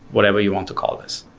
whatever you want to call this.